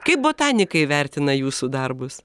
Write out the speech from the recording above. kaip botanikai vertina jūsų darbus